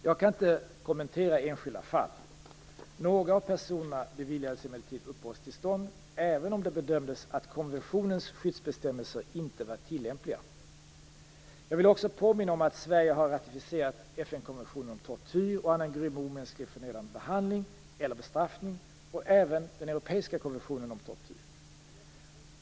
Jag kan inte kommentera enskilda fall. Några av personerna beviljades emellertid uppehållstillstånd, även om det bedömdes att konventionens skyddsbestämmelser inte var tillämpliga. Jag vill också påminna om att Sverige har ratificerat FN-konventionen mot tortyr och annan grym, omänsklig eller förnedrande behandling eller bestraffning och även den europeiska konventionen mot tortyr.